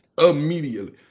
Immediately